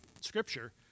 Scripture